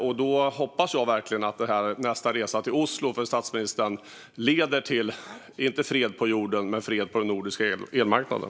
Jag hoppas därför verkligen att statsministerns nästa resa till Oslo leder till kanske inte fred på jorden - men fred på den nordiska elmarknaden.